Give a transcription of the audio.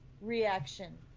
reaction